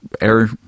air